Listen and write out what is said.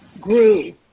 grew